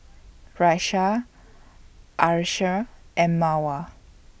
Raisya Asharaff and Mawar